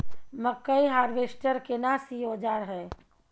मकई हारवेस्टर केना सी औजार हय?